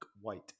White